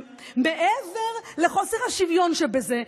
מעבר לחוסר השוויון שבזה,